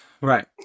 Right